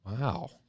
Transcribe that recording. Wow